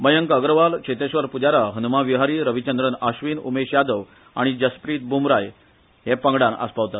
मयंक अगरवाल चेतेश्वर प्जारा हन्मा विहारी रविचंद्रन आश्विन उमेश यादव आनी जसप्रित ब्मराह हेय पंगडान आस्पावतात